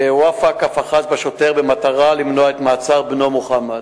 ומואפק אף אחז בשוטר במטרה למנוע את מעצר בנו מוחמד.